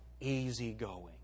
easygoing